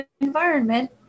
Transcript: environment